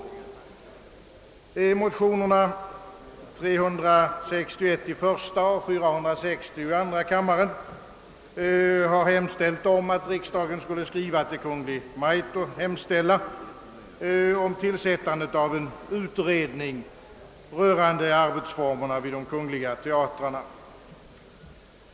I motionerna I: 361 och II: 460 har hemställts att riksdagen i skrivelse till Kungl. Maj:t måtte hemställa om tillsättande av en utredning rörande arbetsformerna vid de kungliga teatrarna.